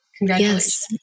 Yes